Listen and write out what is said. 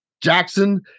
Jackson